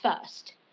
first